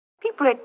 People